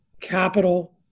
capital